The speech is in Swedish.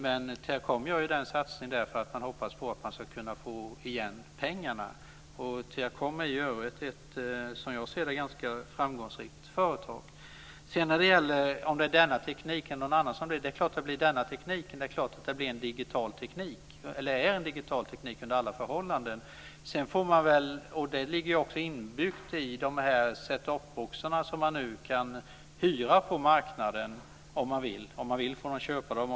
Men Teracom gör den satsningen därför att man hoppas på att man ska kunna få igen pengarna. Teracom är ju i övrigt ett som jag ser det ganska framgångsrikt företag. Sedan till frågan om det blir den här tekniken eller någon annan teknik. Det är klart att det blir den här tekniken. Det är klart att det blir en digital teknik. Det är en digital teknik under alla förhållanden. Det ligger också inbyggt i de set up-boxar man nu kan hyra på marknaden om man vill. Vill man får man också köpa dem.